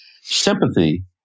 Sympathy